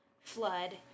Flood